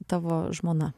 tavo žmona